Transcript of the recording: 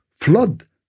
flood